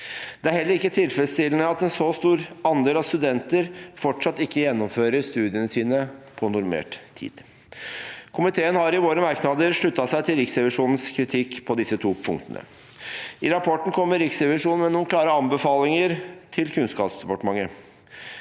Det er heller ikke tilfredsstillende at en så stor andel studenter fortsatt ikke gjennomfører studiene på normert tid. Komiteen har i sine merknader sluttet seg til Riksrevisjonens kritikk på disse to punktene. I rapporten kommer Riksrevisjonen med noen klare anbefalinger til Kunnskapsdepartementet: